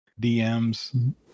dms